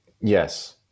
Yes